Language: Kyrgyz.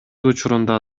учурунда